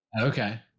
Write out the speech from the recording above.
Okay